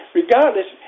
regardless